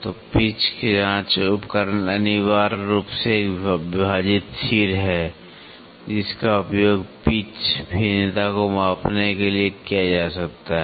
तो पिच जांच उपकरण अनिवार्य रूप से एक विभाजित सिर है जिसका उपयोग पिच भिन्नता को मापने के लिए किया जा सकता है